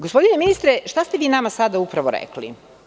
Gospodine ministre, šta ste vi nama sada upravo rekli?